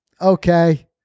okay